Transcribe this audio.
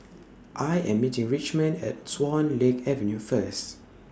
I Am meeting Richmond At Swan Lake Avenue First